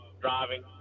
driving